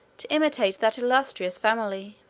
to imitate that illustrious family.